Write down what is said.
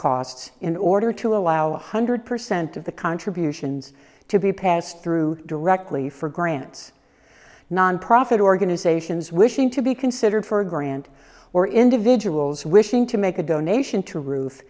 costs in order to allow one hundred percent of the contributions to be passed through directly for grants nonprofit organizations wishing to be considered for a grant or individuals wishing to make a donation to ruth